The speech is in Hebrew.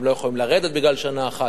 הם לא יכולים לרדת בגלל שנה אחת,